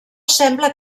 sembla